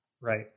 Right